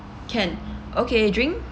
can okay drink